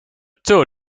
two